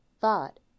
thought